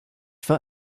for